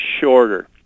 shorter